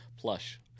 plush